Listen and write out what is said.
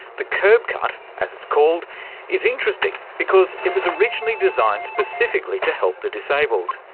the curb cut as it's called is interesting because it was originally designed specifically to help the disabled,